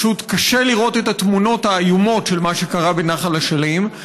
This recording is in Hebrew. פשוט קשה לראות את התמונות האיומות של מה שקרה בנחל אשלים,